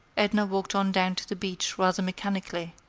edna walked on down to the beach rather mechanically,